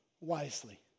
wisely